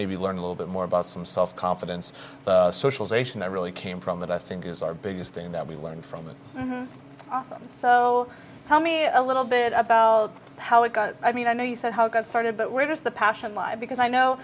maybe learn a little bit more about some self confidence socialization that really came from that i think is our biggest thing that we learned from an awesome so tell me a little bit about how it got i mean i know you said how it got started but where does the passion lie because i know